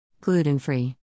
Gluten-free